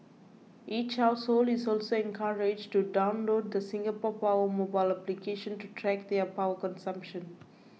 each household is also encouraged to download the Singapore Power mobile application to track their power consumption